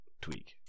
Tweak